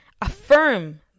affirm